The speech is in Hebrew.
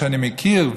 שאני מכיר,